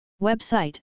Website